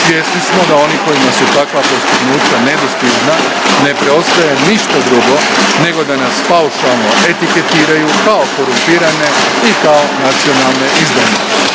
Svjesni smo da oni kojima su takva postignuća nedostižna ne preostaje ništa drugo nego da nas paušalno etiketiraju kao korumpirane i kao nacionalne izdajnike.